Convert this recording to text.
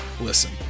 listen